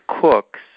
cooks